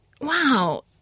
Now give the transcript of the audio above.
wow